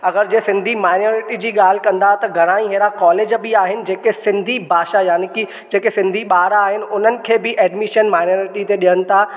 अगरि जे सिन्धी मायनियोर्टी जी ॻाल्हि कंदा त घणा ई अहिड़ा कॉलेज बि आहिनि जेके सिन्धी भाषा जा यानी की जेके सिन्धी ॿार आहिनि हुननि खे बि एड्मिशन मायनियोर्टी ते ॾियनि था